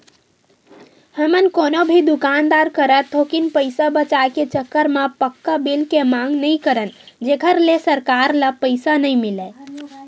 हमन कोनो भी दुकानदार करा थोकिन पइसा बचाए के चक्कर म पक्का बिल के मांग नइ करन जेखर ले सरकार ल पइसा नइ मिलय